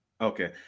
Okay